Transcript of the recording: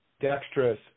dexterous